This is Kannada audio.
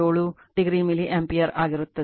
87o milliampere ಆಗಿರುತ್ತದೆ